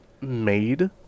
made